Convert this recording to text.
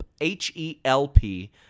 H-E-L-P